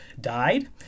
died